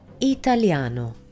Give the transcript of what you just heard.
italiano